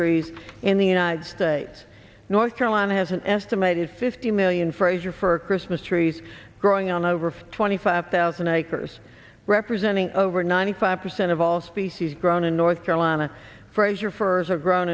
trees in the united states north carolina has an estimated fifty million fraser for christmas trees growing on over twenty five thousand acres representing over ninety five percent of all species grown in north carolina fraser firs are grown